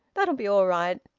that'll be all right.